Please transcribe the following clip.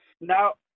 Now